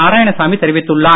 நாராயணசாமி தெரிவித்துள்ளார்